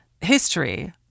history